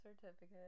certificate